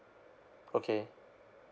okay